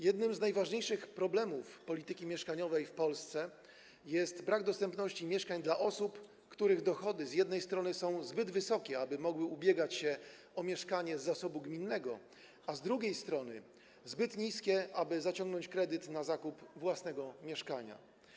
Jednym z najważniejszych problemów polityki mieszkaniowej w Polsce jest brak dostępności mieszkań dla osób, których dochody z jednej strony są zbyt wysokie, aby mogły one ubiegać się o mieszkanie z zasobu gminnego, a z drugiej strony są zbyt niskie, aby zaciągnąć kredyt na zakup własnego mieszkania.